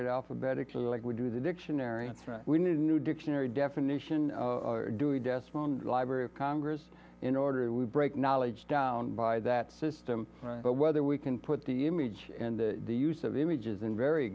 it alphabetically like we do the dictionary and we need a new dictionary definition dewey decimal and library of congress in order to break knowledge down by that system but whether we can put the image and the use of images in very